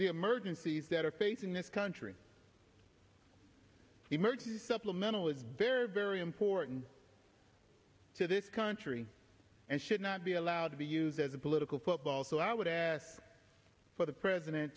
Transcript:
the emergencies that are facing this country emergency supplemental is very very important to this country and should not be allowed to be used as a political football so i would ask for the president